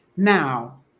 Now